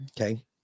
Okay